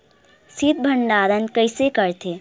शीत भंडारण कइसे करथे?